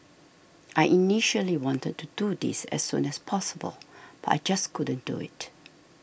I initially wanted to do this as soon as possible but I just couldn't do it